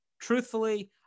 truthfully